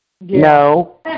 No